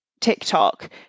TikTok